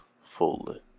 fully